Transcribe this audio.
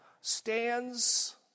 stands